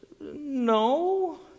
no